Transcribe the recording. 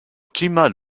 climat